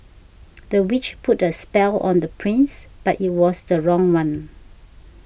the witch put a spell on the prince but it was the wrong one